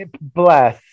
bless